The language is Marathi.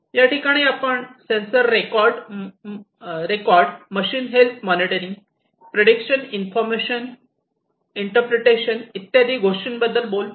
या ठिकाणी आपण sensor record machine health monitoring prediction information interpretation इत्यादी गोष्टींबद्दल बोलतो